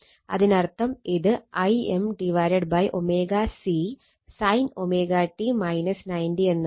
അതിനർത്ഥം ഇത് Im ω C sin ω t 90° എന്നാവും